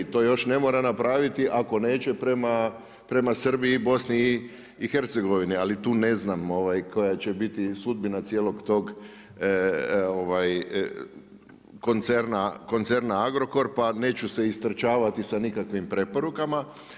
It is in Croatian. To još ne mora napraviti ako neće prema Srbiji i Bosni i Hercegovini, ali tu ne znam koja će biti sudbina cijelog tog koncerna Agrokor pa neću se istrčavati sa nikakvim preporukama.